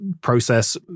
process